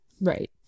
Right